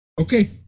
okay